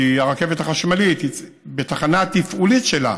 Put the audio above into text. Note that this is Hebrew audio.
כי הרכבת החשמלית, בתחנה התפעולית שלה,